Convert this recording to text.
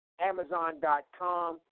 Amazon.com